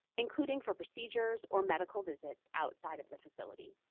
including for procedures or medical visits outside of the facility.